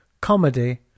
comedy